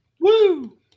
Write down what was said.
Woo